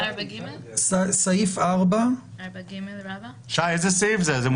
שי איזה סעיף זה?